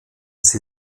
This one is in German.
sie